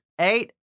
eight